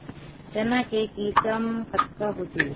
चना के किसम कतका होथे?